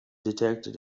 detected